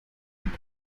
und